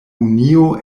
unio